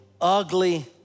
ugly